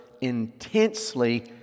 intensely